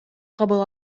кабыл